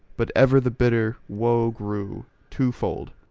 but ever the bitter woe grew, twofold.